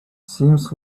seems